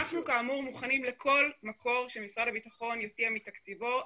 אנחנו כאמור מוכנים לכל מקור שמשרד הביטחון יציע מתקציבו,